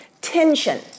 tension